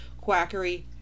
quackery